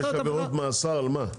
יש עבירות על מה?